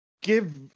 Give